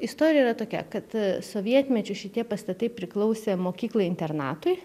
istorija yra tokia kad sovietmečiu šitie pastatai priklausė mokyklai internatui